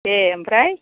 दे ओमफ्राय